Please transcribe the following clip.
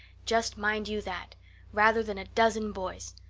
just mind you that rather than a dozen boys.